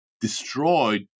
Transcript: destroyed